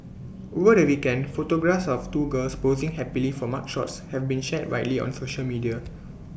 over the weekend photographs of two girls posing happily for mugshots have been shared widely on social media